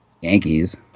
Yankees